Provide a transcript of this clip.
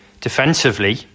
defensively